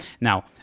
now